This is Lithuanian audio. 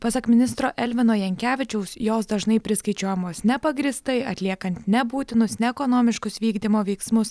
pasak ministro elvino jankevičiaus jos dažnai priskaičiuojamos nepagrįstai atliekan nebūtinus neekonomiškus vykdymo veiksmus